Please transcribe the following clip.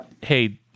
Hey